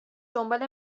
دنبال